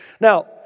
Now